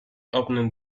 opened